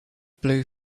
blue